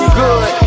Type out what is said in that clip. good